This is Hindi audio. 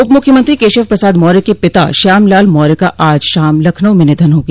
उप मुख्यमंत्री केशव प्रसाद मौर्य के पिता श्यामलाल मौर्य का आज शाम लखनऊ में निधन हो गया